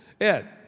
Ed